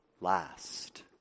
last